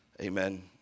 Amen